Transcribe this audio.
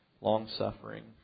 long-suffering